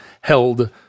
held